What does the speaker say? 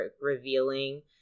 Revealing